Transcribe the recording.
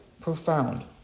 profound